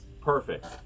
Perfect